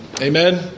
Amen